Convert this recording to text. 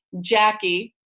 Jackie